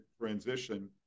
transition